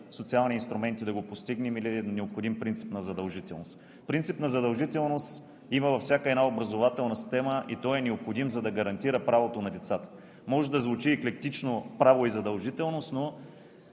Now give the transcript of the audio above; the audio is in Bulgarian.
социални инструменти да го постигнем, или е необходим принцип на задължителност? Принцип на задължителност има във всяка една образователна система и той е необходим, за да гарантира правото на децата. Може да звучи еклектично „право и задължителност“, но